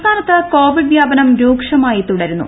സംസ്ഥാനത്ത് കോവിഡ് വ്യാപനും രൂക്ഷമായി തുടരുന്നു